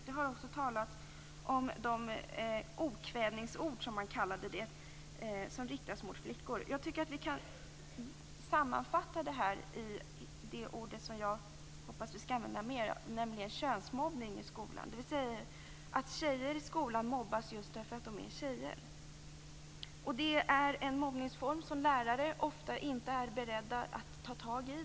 Det har också talats om okvädningsord som riktas mot flickor. Jag tycker att vi kan sammanfatta det här i det ord som jag hoppas att vi skall använda mer, nämligen könsmobbning i skolan, dvs. att tjejer mobbas i skolan just därför att de är tjejer. Det är en mobbningsform som lärare ofta inte är beredda att ta itu med.